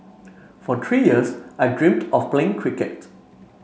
for three years I dreamed of playing cricket